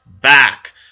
back